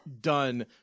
done